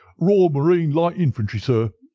royal marine light infantry, sir.